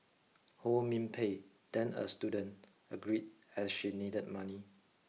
Ho Min Pei then a student agreed as she needed money